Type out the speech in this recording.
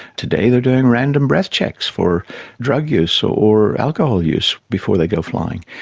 today they are doing random breath checks for drug use or alcohol use before they go flying.